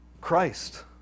Christ